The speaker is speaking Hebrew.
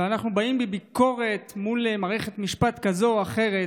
ואנחנו באים בביקורת מול מערכת משפט כזאת או אחרת.